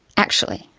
actually,